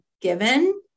given